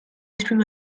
through